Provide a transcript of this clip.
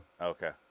okay